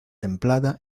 templada